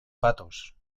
patos